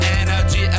energy